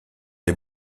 des